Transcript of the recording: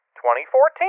2014